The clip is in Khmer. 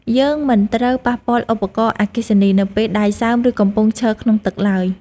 យើងមិនត្រូវប៉ះពាល់ឧបករណ៍អគ្គិសនីនៅពេលដៃសើម ឬកំពុងឈរក្នុងទឹកឡើយ។